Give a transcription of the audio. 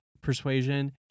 persuasion